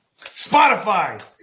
Spotify